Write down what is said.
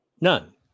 None